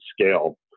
scale